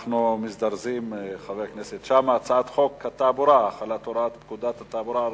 אני קובע שהצעת חוק הפיקוח על מעונות-יום לפעוטות,